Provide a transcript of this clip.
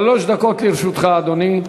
שלוש דקות לרשותך, אדוני.